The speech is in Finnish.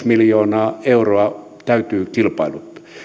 miljoonaa euroa täytyy kilpailuttaa